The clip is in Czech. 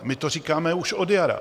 My to říkáme už od jara.